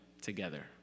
together